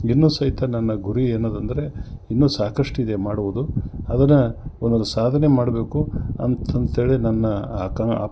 ಇನ್ನು ಸಹಿತ ನನ್ನ ಗುರಿ ಏನಿದೆ ಅಂದರೆ ಇನ್ನು ಸಾಕಷ್ಟು ಇದೆ ಮಾಡುವುದು ಅದನ್ನು ಒಂದು ಸಾಧನೆ ಮಾಡಬೇಕು ಅಂತಂಥೇಳಿ ನನ್ನ ಆಕಾಂಕ